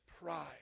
pride